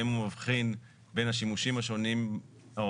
האם הוא מבחין בין השימושים השונים או